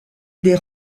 des